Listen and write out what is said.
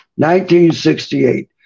1968